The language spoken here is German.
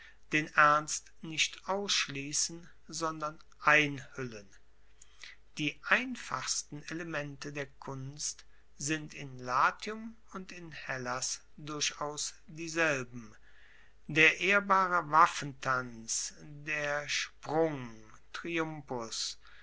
den ernst nicht ausschliessen sondern einhuellen die einfachsten elemente der kunst sind in latium und in hellas durchaus dieselben der ehrbare waffentanz der sprung